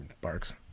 Barks